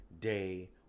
day